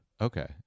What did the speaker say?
Okay